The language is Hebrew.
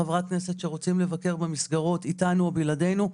חברת כנסת שרוצים לבקר במסגרות איתנו או בלעדינו.